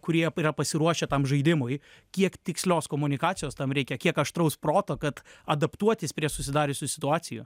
kurie yra pasiruošę tam žaidimui kiek tikslios komunikacijos tam reikia kiek aštraus proto kad adaptuotis prie susidariusių situacijų